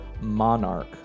Monarch